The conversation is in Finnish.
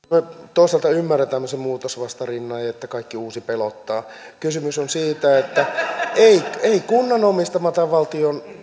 toisaalta ymmärrän tämmöisen muutosvastarinnan että kaikki uusi pelottaa kysymys on siitä että ei kunnan omistamalla tai valtion